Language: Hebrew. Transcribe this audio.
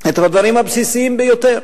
את הדברים הבסיסיים ביותר: